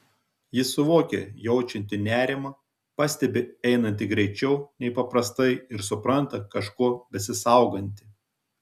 ji suvokia jaučianti nerimą pastebi einanti greičiau nei paprastai ir supranta kažko besisauganti